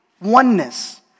oneness